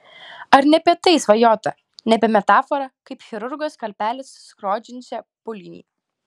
ar ne apie tai svajota ne apie metaforą kaip chirurgo skalpelis skrodžiančią pūlinį